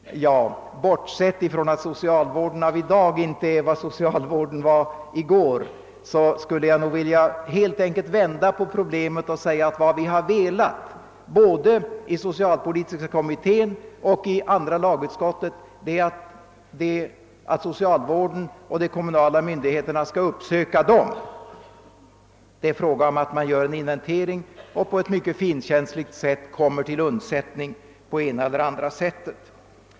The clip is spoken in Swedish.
Bortsett från att socialvården av i dag inte är vad socialvården var i går, vill jag framhålla att både socialpolitiska kommitténs och andra lagutskottets avsikt är att socialvården och de kommunala myndigheterna i stället skulle uppsöka de hjälpbehövande, icke tvärtom. Det är alltså fråga om att göra en inventering och att mycket finkänsligt söka komma till undsättning på det ena eller andra sättet.